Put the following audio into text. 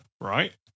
right